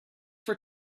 for